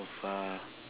so far